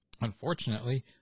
unfortunately